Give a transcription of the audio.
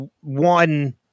one